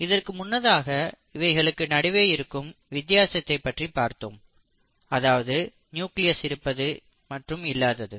இதற்கு முன்னதாக இவைகளுக்கு நடுவே இருக்கும் வித்தியாசத்தை பற்றி பார்த்தோம் அதாவது நியூக்ளியஸ் இருப்பது இல்லாதது